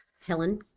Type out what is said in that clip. Helen